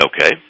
Okay